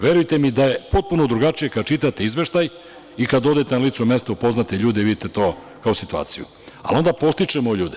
Verujte mi da je potpuno drugačije kada čitate izveštaj i kada odete na licu mesta, upoznate ljude i vidite to kao situaciju, ali onda podstičemo ljude.